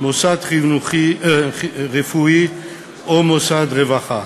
מוסד רפואי או מוסד רווחה,